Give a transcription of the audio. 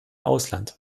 ausland